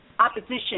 opposition